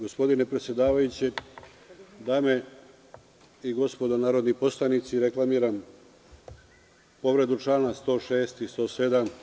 Gospodine predsedavajući, dame i gospodo narodni poslanici, reklamiram povredu člana 106. i 107.